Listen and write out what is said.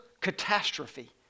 catastrophe